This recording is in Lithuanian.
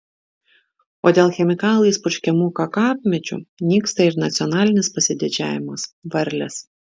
o dėl chemikalais purškiamų kakavmedžių nyksta ir nacionalinis pasididžiavimas varlės